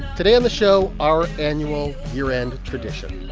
today on the show, our annual year-end tradition.